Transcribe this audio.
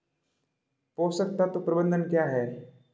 पोषक तत्व प्रबंधन क्या है?